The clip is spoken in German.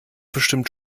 bestimmt